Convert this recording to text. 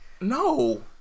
No